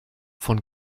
von